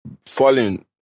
falling